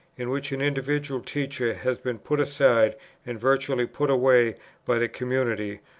in which an individual teacher has been put aside and virtually put away by a community,